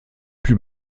plus